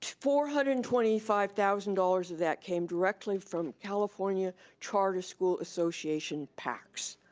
four hundred and twenty five thousand dollars of that came directly from california charter school association pacs.